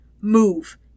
Move